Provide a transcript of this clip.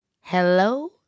Hello